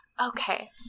Okay